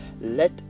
let